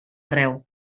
arreu